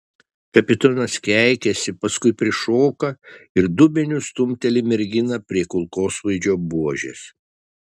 kapitonas keikiasi paskui prišoka ir dubeniu stumteli merginą prie kulkosvaidžio buožės